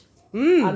mm